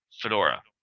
Fedora